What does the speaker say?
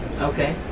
okay